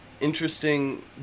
interesting